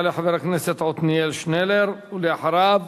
יעלה חבר הכנסת עתניאל שנלר, ואחריו